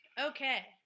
Okay